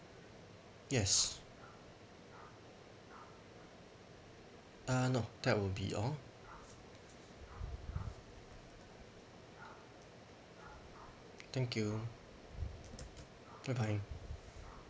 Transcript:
yes uh no that will be all thank you bye bye